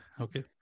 Okay